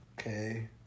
Okay